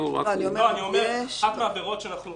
מה שעשינו בחוק הקודם,